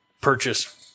purchase